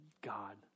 God